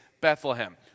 Bethlehem